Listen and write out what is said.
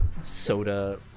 soda